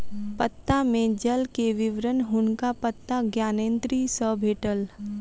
पत्ता में जल के विवरण हुनका पत्ता ज्ञानेंद्री सॅ भेटल